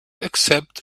accept